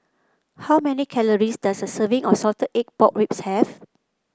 how many calories does a serving of Salted Egg Pork Ribs have